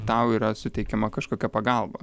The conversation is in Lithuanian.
tau yra suteikiama kažkokia pagalba